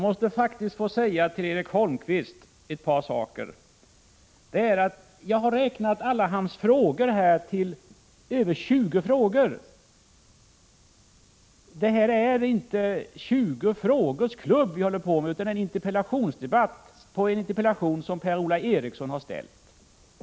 Herr talman! Jag måste till Erik Holmkvist faktiskt få säga ett par saker. Jag har räknat alla hans frågor till mig, och de uppgår till över 20. Det här är inte 20 frågors klubb, utan en interpellationsdebatt föranledd av en interpellation som Per-Ola Eriksson har ställt. Herr talman!